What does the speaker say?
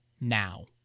now